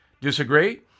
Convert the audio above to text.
Disagree